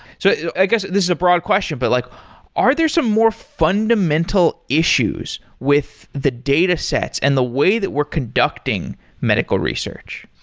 so i guess, this is a broad question, but like are there some more fundamental issues with the data sets and the way that we're conducting medical research?